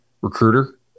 recruiter